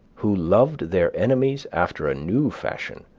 who loved their enemies after a new fashion,